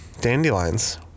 Dandelions